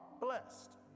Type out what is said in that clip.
blessed